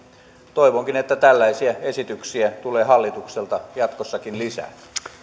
toivonkin että tällaisia esityksiä tulee hallitukselta jatkossakin lisää